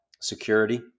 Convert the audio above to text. security